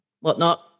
whatnot